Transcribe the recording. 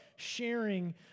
sharing